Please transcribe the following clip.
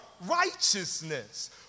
righteousness